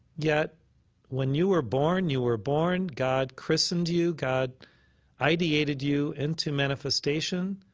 yet when you were born, you were born. god christened you, god ideated you into manifestation,